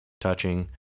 touching